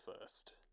first